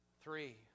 three